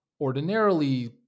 ordinarily